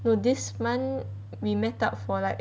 no this month we met up for like